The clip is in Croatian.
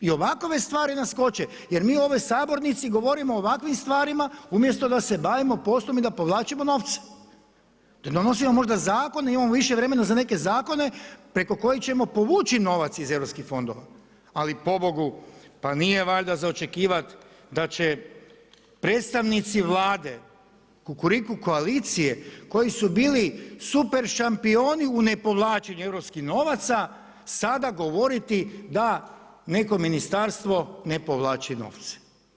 Jer mi u ovoj sabornici govorimo o ovakvim stvarima umjesto da se bavimo poslom i da povlačimo novce, da donosimo možda zakone, imamo više vremena za neke zakone preko kojih ćemo povući novac iz europskih fondova ali pobogu pa nije valjda za očekivati da će predstavnici Vlade, Kukuriku koalicije koji su bili super šampioni u ne povlačenju europskih novaca sada govoriti da neko ministarstvo ne povlači novce.